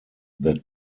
that